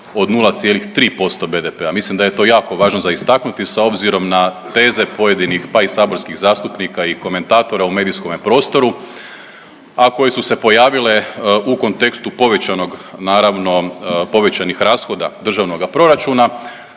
od 0,3% BDP-a. Mislim da je to jako važno za istaknuti s obzirom na teze pojedinih, pa i saborskih zastupnika i komentatora u medijskome prostoru, a koje su se pojavile u kontekstu povećanog, naravno povećanih rashoda Državnoga proračuna,